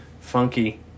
funky